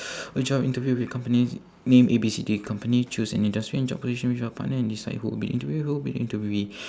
a job interview with company name A B C D company choose an industry and job position with your partner and decide who will be the interviewer who will be the interviewee